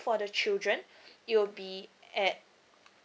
for the children it'll be at